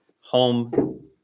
home –